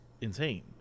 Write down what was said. insane